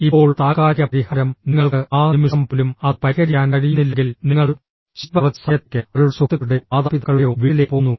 ഇപ്പോൾ താൽക്കാലിക പരിഹാരം നിങ്ങൾക്ക് ആ നിമിഷം പോലും അത് പരിഹരിക്കാൻ കഴിയുന്നില്ലെങ്കിൽ നിങ്ങൾ ശിൽപ കുറച്ച് സമയത്തേക്ക് അവളുടെ സുഹൃത്തുക്കളുടെയോ മാതാപിതാക്കളുടെയോ വീട്ടിലേക്ക് പോകുന്നു